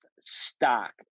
Stock